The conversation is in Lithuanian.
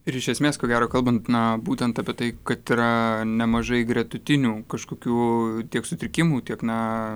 ir iš esmės ko gero kalbant na būtent apie tai kad yra nemažai gretutinių kažkokių tiek sutrikimų tiek na